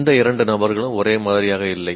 எந்த இரண்டு நபர்களும் ஒரே மாதிரியாக இல்லை